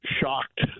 shocked